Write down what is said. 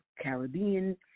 Caribbean